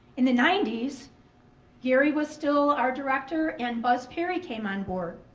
in the ninety s gary was still our director and buzz perry came on board.